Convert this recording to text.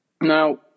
Now